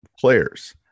players